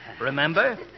Remember